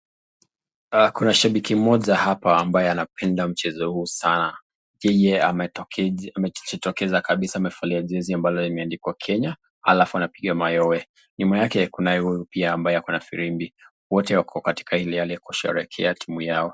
Kuna shabiki mmoja hapa ambaye anapenda mchezo huu sana, yeye amejitokeza kabisa amevalia jezi ambalo imeandikwa Kenya, alafu anapiga mayowe. Nyuma yake kunaye huyu pia ambaye akona firimbi, wote wako katika ile hali ya kusherehekea timu yao.